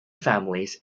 families